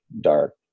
dark